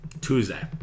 Tuesday